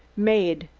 made,